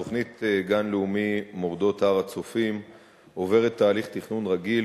תוכנית הגן הלאומי מורדות הר-הצופים עוברת תהליך תכנון רגיל,